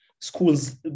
schools